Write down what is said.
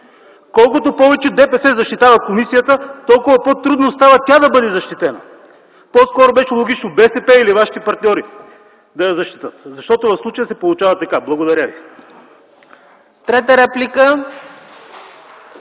Колкото повече ДПС защитава комисията, толкова по-трудно става тя да бъде защитена! По-скоро беше логично БСП или вашите партньори да я защитят, защото в случая се получава така. Благодаря Ви. (Единични